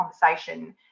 conversation